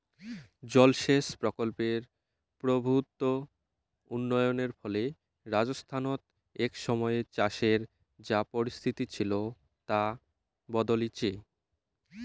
জলসেচ প্রকল্পের প্রভূত উন্নয়নের ফলে রাজস্থানত এক সময়ে চাষের যা পরিস্থিতি ছিল তা বদলিচে